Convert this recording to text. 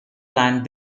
land